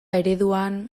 ereduan